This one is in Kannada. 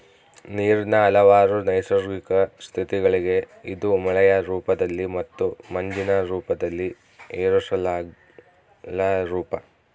ನೀರಿನ ಹಲವಾರು ನೈಸರ್ಗಿಕ ಸ್ಥಿತಿಗಳಿವೆ ಇದು ಮಳೆಯ ರೂಪದಲ್ಲಿ ಮತ್ತು ಮಂಜಿನ ರೂಪದಲ್ಲಿ ಏರೋಸಾಲ್ಗಳ ರೂಪ